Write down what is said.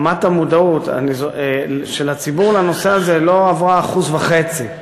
רמת המודעות של הציבור לנושא הזה לא עברה 1.5%,